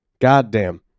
Goddamn